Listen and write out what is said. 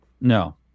No